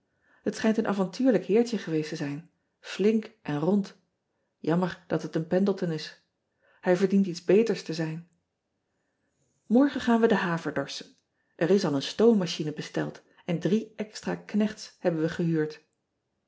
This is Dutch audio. et schijnt een ean ebster adertje angbeen avontuurlijk heertje geweest te zijn flink en rond ammer dat het een endleton is ij verdient iets beters te zijn orgen gaan we de haver dorschen r is al een stoommachine besteld en drie extra knechts hebben we gehuurd